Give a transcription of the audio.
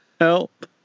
Help